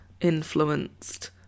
influenced